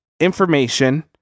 information